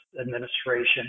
Administration